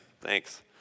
thanks